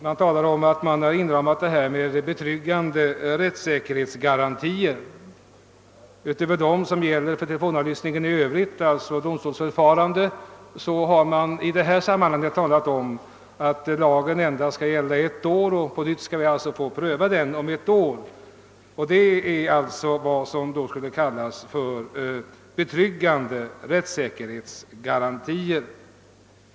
Man säger sig ha skapat betryggande rättssäkerhetsgarantier. Utöver dem som gäller för telefonavlyssning i övrigt, alltså domstolsförfarande, har man i detta sammanhang sagt att lagen skall gälla endast ett år och att frågan på nytt skall tas upp till prövning om ett år. Detta är alltså vad man kallar betryggande rättssäkerhetsgarantier.